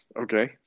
Okay